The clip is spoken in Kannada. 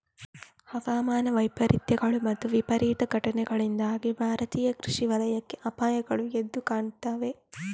ಹವಾಮಾನ ವೈಪರೀತ್ಯಗಳು ಮತ್ತು ವಿಪರೀತ ಘಟನೆಗಳಿಂದಾಗಿ ಭಾರತೀಯ ಕೃಷಿ ವಲಯಕ್ಕೆ ಅಪಾಯಗಳು ಎದ್ದು ಕಾಣುತ್ತವೆ